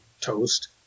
toast